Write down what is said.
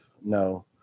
No